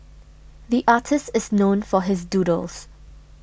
the artist is known for his doodles